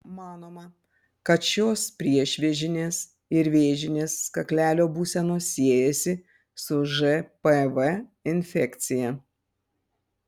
manoma kad šios priešvėžinės ir vėžinės kaklelio būsenos siejasi su žpv infekcija